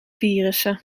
virussen